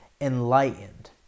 Enlightened